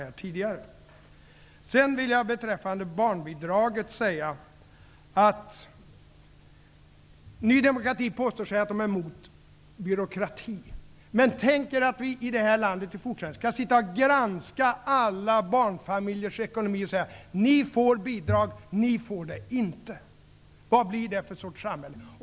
Så till barnbidraget. Nydemokraterna påstår att de är mot byråkrati. Tänk er att vi i det här landet i fortsättningen skall granska alla barnfamiljers ekonomi och säga: Ni får barnbidrag, ni får det inte. Vad blir det för sorts samhälle?